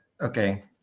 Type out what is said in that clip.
Okay